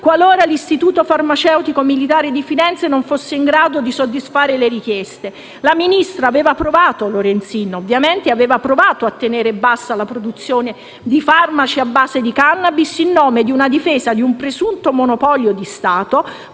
qualora l'Istituto farmaceutico militare di Firenze non fosse in grado di soddisfare le richieste. La ministra Lorenzin aveva provato a tenere bassa la produzione di farmaci a base di *cannabis* in nome della difesa di un presunto monopolio di Stato